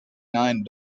nine